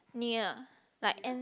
[nia] like N